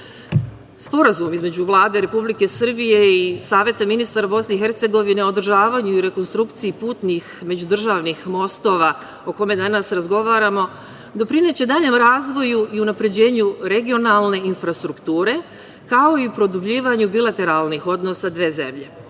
periodu. Sporazum između Vlade Republike Srbije i Saveta ministara Bosne i Hercegovine o održavanju i rekonstrukciji putnih međudržavnih mostova, o kome danas razgovaramo, doprineće daljem razvoju i unapređenju regionalne infrastrukture, kao i produbljivanju bilateralnih odnosa dve zemlje.